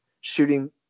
shooting